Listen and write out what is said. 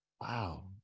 wow